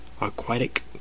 aquatic